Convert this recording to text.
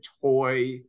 toy